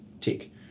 tick